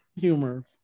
humor